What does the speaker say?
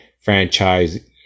franchise